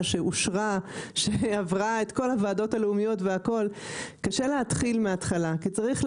לא קיימת הכספים שהושקעו לא יכולים להיות; והאופציה היחידה האפשרית היא